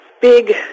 big